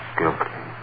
guilty